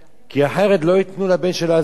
כי אחרת לא ייתנו לבן שלה אזיקון.